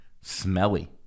smelly